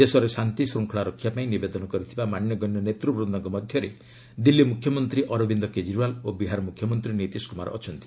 ଦେଶରେ ଶାନ୍ତି ଶୂଙ୍ଖଳା ରକ୍ଷା ପାଇଁ ନିବେଦନ କରିଥିବା ମାନ୍ୟଗଣ୍ୟ ନେତୃବୁନ୍ଦଙ୍କ ମଧ୍ୟରେ ଦିଲ୍ଲୀ ମୁଖ୍ୟମନ୍ତ୍ରୀ ଅରବିନ୍ଦ କେଜରିଓ୍ୱାଲ୍ ଓ ବିହାର ମୁଖ୍ୟମନ୍ତ୍ରୀ ନୀତିଶ କୁମାର ଅଛନ୍ତି